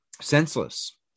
senseless